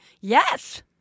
yes